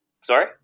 Sorry